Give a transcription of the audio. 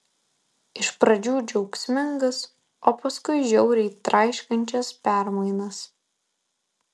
iš pradžių džiaugsmingas o paskui žiauriai traiškančias permainas